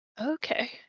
Okay